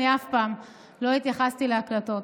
אני אף פעם לא התייחסתי להקלטות.